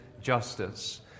justice